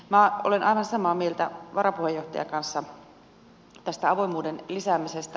minä olen aivan samaa mieltä varapuheenjohtajan kanssa tästä avoimuuden lisäämisestä